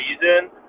reason